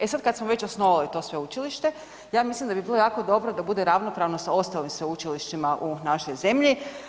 E sad kad smo već osnovali to sveučilište ja mislim da bi bilo jako dobro da bude ravnopravno sa ostalim sveučilištima u našoj zemlji.